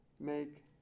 make